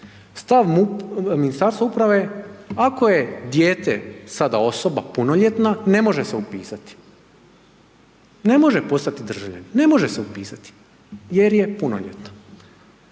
Stav Ministarstva uprave je ako je dijete sada osoba punoljetna ne može se upisati, ne može postati državljanin, ne može se upisati jer je punoljetna.